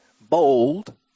bold